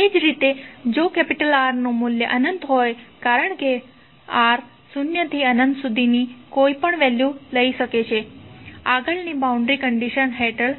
એ જ રીતે જો R નું મૂલ્ય અનંત હોય કારણ કે R શૂન્યથી અનંત સુધીનો હોઈ શકે છે આગળની બાઉંડ્રી કંડિશન હેઠળ